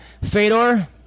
Fedor